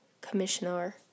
commissioner